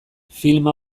filma